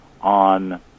on